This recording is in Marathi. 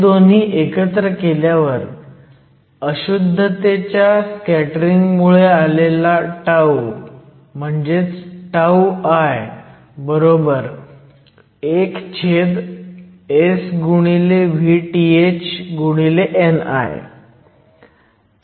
हे दोन्ही एकत्र केल्यावर अशुद्धतेच्या स्कॅटरिंग मुले आलेला τ म्हणजेच τI 1S VthNI